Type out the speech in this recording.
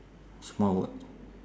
smart watch